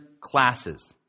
classes